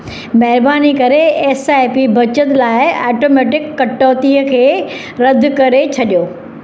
महिरबानी करे S I P बचति लाइ ऑटोमेटिक कटौतीअ खे रदि करे छॾियो